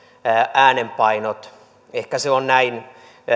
äänenpainot ehkä se on näin